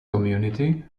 community